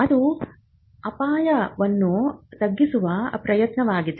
ಇದು ಅಪಾಯವನ್ನು ತಗ್ಗಿಸುವ ಪ್ರಯತ್ನವಾಗಿದೆ